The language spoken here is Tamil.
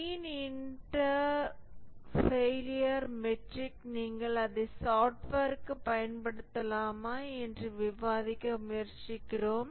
மீன் இன்டர் ஃபெயிலியர் மெட்ரிக் நீங்கள் அதை சாப்ட்வேர்க்குப் பயன்படுத்தலாமா என்று விவாதிக்க முயற்சிக்கிறோம்